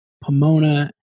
Pomona